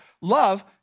Love